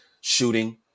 shooting